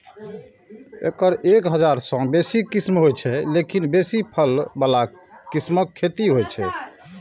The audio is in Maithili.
एकर एक हजार सं बेसी किस्म होइ छै, लेकिन बेसी फल बला किस्मक खेती होइ छै